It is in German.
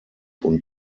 und